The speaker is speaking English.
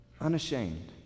unashamed